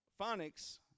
phonics